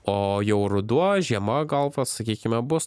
o jau ruduo žiema gal va sakykime bus